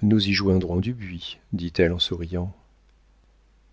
nous y joindrons du buis dit-elle en souriant